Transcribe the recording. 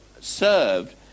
served